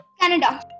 Canada